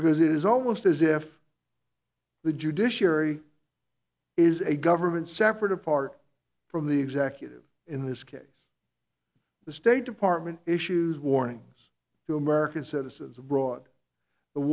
because it is almost as if the judiciary is a government separate apart from the executive in this case the state department issues warnings to american citizens abroad the